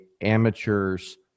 amateur's